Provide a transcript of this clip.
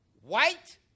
White